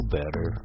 better